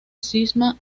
cisma